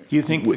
if you think w